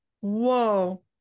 Whoa